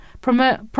promote